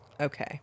Okay